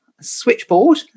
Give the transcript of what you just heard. Switchboard